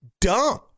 dumb